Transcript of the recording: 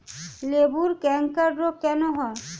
লেবুর ক্যাংকার রোগ কেন হয়?